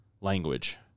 language